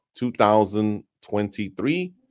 2023